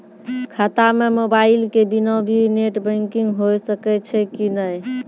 खाता म मोबाइल के बिना भी नेट बैंकिग होय सकैय छै कि नै?